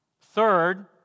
Third